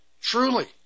truly